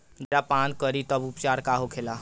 जनेरा पान करी तब उपचार का होखेला?